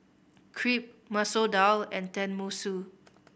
Crepe Masoor Dal and Tenmusu